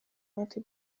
metri